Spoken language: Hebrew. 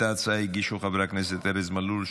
את ההצעה הגישו חברי הכנסת ארז מלול,